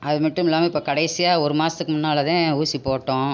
அது மட்டுமில்லாமல் இப்போ கடைசியாக ஒரு மாதத்துக்கு முன்னால் தான் ஊசி போட்டோம்